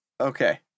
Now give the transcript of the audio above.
Okay